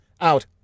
Out